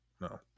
no